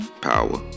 power